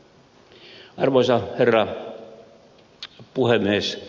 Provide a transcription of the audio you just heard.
arvoisa herra puhemies